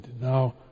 Now